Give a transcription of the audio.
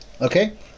Okay